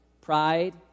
pride